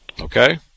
Okay